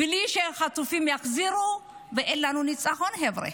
בלי שהחטופים יחזרו אין לנו ניצחון, חבר'ה.